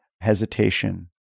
hesitation